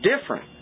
different